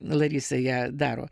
larisa ją daro